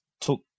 took